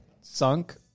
sunk